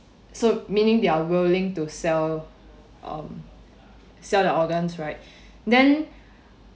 so meaning they're willing to sell um sell their organs right then